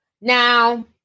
Now